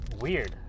weird